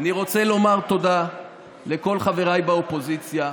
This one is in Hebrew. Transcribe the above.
אני רוצה לומר תודה לכל חבריי באופוזיציה.